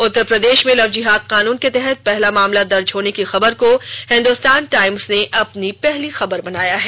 उत्तर प्रदेश में लव जेहाद कानून के तहत पहला मामला दर्ज होने की खबर को हिंदुस्तान टाइम्स ने अपनी पहली खबर बनाया है